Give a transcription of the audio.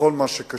בכל מה שקשור